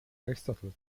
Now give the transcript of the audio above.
aristotle